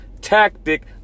tactic